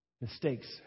mistakes